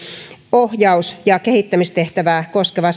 ohjaus ja kehittämistehtävää koskevan